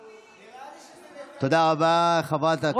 נראה לי שזה ראש הממשלה נתניהו.